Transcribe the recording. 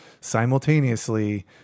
simultaneously